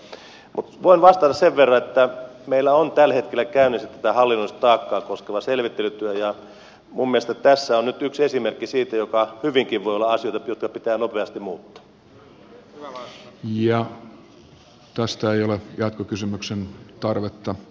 mutta voin vastata sen verran että meillä on tällä hetkellä käynnissä tätä hallinnollista taakkaa koskeva selvittelytyö ja minun mielestäni tässä on siitä nyt yksi esimerkki joka hyvinkin voi olla niitä asioita jotka pitää nopeasti muuttaa